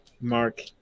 Mark